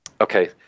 Okay